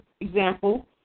example